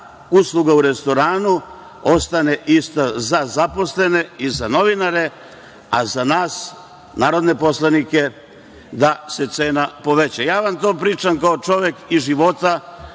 usluga u restoranu ostane ista za zaposlene i za novinare, a za nas narodne poslanike da se cena poveća. Ja vam to pričam kao čovek iz života,